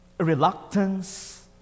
reluctance